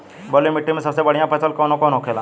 बलुई मिट्टी में सबसे बढ़ियां फसल कौन कौन होखेला?